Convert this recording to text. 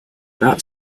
that